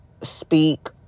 speak